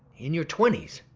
in your twenties.